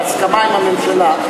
בהסכמה עם הממשלה,